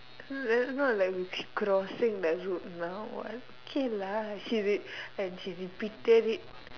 not not like we keep crossing the road now or what okay lah she like she repeated it